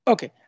Okay